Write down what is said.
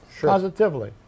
positively